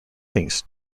thinks